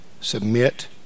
Submit